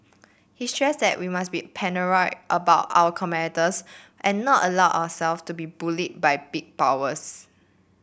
he stressed that we must be paranoid about our competitors and not allow ourselves to be bullied by big powers